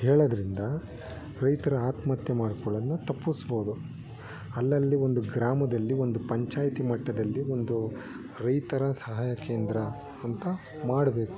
ಹೇಳೋದ್ರಿಂದ ರೈತರು ಆತ್ಮಹತ್ಯೆ ಮಾಡ್ಕೊಳೋದನ್ನ ತಪ್ಪಿಸ್ಬೋದು ಅಲ್ಲಲ್ಲಿ ಒಂದು ಗ್ರಾಮದಲ್ಲಿ ಒಂದು ಪಂಚಾಯಿತಿ ಮಟ್ಟದಲ್ಲಿ ಒಂದು ರೈತರ ಸಹಾಯ ಕೇಂದ್ರ ಅಂತ ಮಾಡಬೇಕು